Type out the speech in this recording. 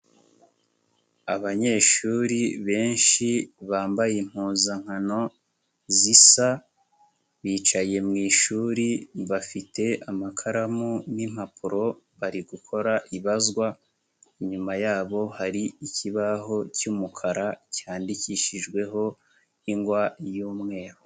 Abanyeshuri benshi bambaye impuzankano zisa bicaye mu ishuri bafite amakaramu n'impapuro bari gukora ibazwa inyuma yabo hari ikibaho cy'umukara cyandikishijweho ingwa y'umweru.